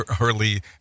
early